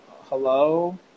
Hello